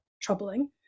troubling